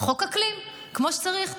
חוק אקלים כמו שצריך.